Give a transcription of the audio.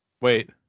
Wait